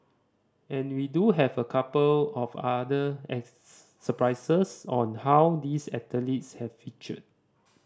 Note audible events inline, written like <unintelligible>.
and we do have a couple of other <unintelligible> surprises on how these athletes have featured